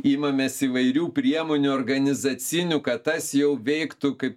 imamės įvairių priemonių organizacinių kad tas jau veiktų kaip